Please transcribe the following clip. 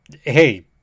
hey